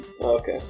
okay